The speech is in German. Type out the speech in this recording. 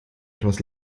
etwas